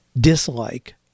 dislike